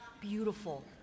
Beautiful